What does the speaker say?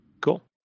Cool